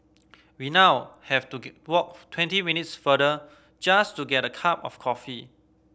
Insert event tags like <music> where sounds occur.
we now have to <unintelligible> walk twenty minutes farther just to get a cup of coffee